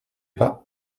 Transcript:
pas